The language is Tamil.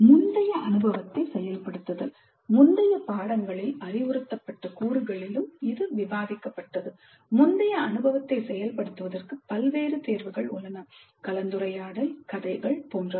முந்தைய அனுபவத்தை செயல்படுத்துதல் முந்தைய பாடங்களில் அறிவுறுத்தப்பட்ட கூறுகளிலும் இது விவாதிக்கப்பட்டது முந்தைய அனுபவத்தை செயல்படுத்துவதற்கு பல்வேறு தேர்வுகள் உள்ளன கலந்துரையாடல் கதைகள் போன்றவை